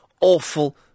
awful